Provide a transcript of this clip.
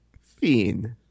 Fiend